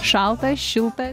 šaltas šiltas